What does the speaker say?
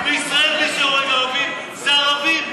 ובישראל מי שהורג ערבים זה ערבים.